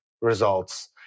results